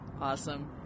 Awesome